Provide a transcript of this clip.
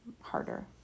harder